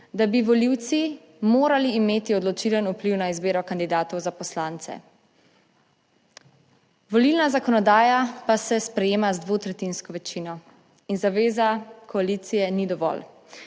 da bi volivci morali imeti odločilen vpliv na izbiro kandidatov za poslance; volilna zakonodaja pa se sprejema z dvotretjinsko večino in zaveza koalicije ni dovolj,